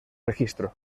registro